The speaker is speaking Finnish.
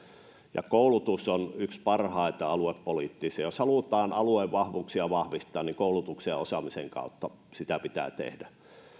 koulutus on yksi parhaita aluepoliittisia asioita jos halutaan alueen vahvuuksia vahvistaa niin koulutuksen ja osaamisen kautta sitä pitää tehdä